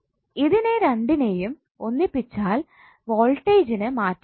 ഇതിനെ രണ്ടിനെയും ഒന്നിപ്പിച്ചാലും വോൾടേജ് ന് മാറ്റം വരില്ല